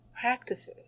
practices